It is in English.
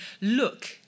look